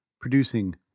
producing